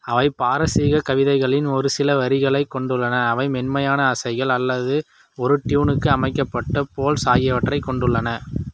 அவை பாரசீகக் கவிதைகளின் ஒரு சில வரிகளைக் கொண்டுள்ளன அவை மென்மையான ஆசைகள் அல்லது ஒரு ட்யூனுக்கு அமைக்கப்பட்ட போல்ஸ் ஆகியவற்றைக் கொண்டுள்ளன